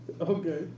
Okay